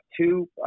two